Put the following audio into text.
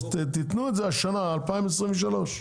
תתנו השנה, ב-2023,